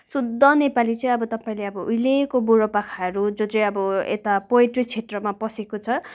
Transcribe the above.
शुद्ध नेपाली चाहिँ अब तपाईँले अब उहिलेको बुढा पाकाहरू जो चाहिँ अब यता पएट्री क्षेत्रमा पसेको छ